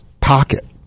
pocket